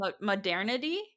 modernity